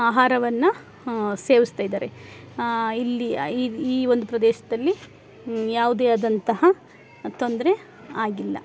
ಆಹಾರವನ್ನು ಸೇವಿಸ್ತಾ ಇದ್ದಾರೆ ಇಲ್ಲಿ ಆ ಈ ಈ ಒಂದು ಪ್ರದೇಶದಲ್ಲಿ ಯಾವುದೇ ಅದಂತಹ ತೊಂದರೆ ಆಗಿಲ್ಲ